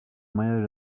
mariage